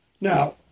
Now